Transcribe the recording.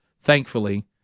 thankfully